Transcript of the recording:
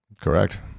Correct